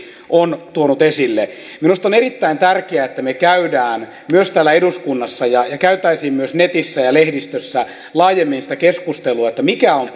on tuonut esille minusta on erittäin tärkeää että me käymme myös täällä eduskunnassa ja kävisimme myös netissä ja lehdistössä laajemmin sitä keskustelua mikä on